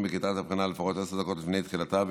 בכיתת הבחינה לפחות עשר דקות לפני תחילתה,